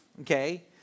okay